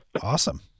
Awesome